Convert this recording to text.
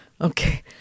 Okay